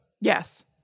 Yes